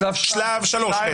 שלב שלוש בעצם.